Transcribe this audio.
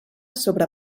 sobre